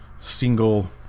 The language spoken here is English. single